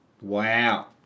Wow